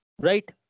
Right